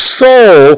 soul